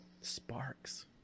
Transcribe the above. Sparks